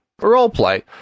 Roleplay